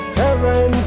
heaven